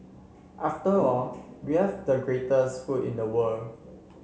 after all we have the greatest food in the world